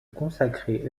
consacrer